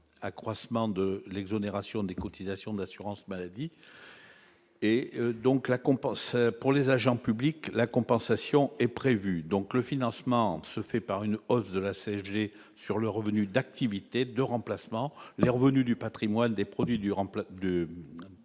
accroissement de l'exonération des cotisations d'assurance-maladie et donc la compense pour les agents publics la compensation est prévu donc le financement se fait par une hausse de la CGT sur le revenu d'activité de remplacement, les revenus du Patrimoine des produits durant